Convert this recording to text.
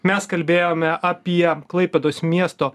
mes kalbėjome apie klaipėdos miesto